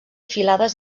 filades